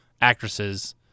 actresses